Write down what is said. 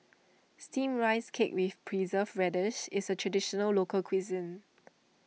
Steamed Rice Cake with Preserved Radish is a Traditional Local Cuisine